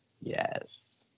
yes